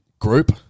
group